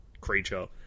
creature